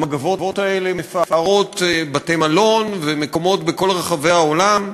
המגבות האלה מפארות בתי-מלון ומקומות בכל רחבי העולם.